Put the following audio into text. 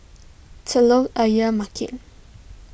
Telok Ayer Market